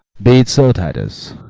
be it so, titus,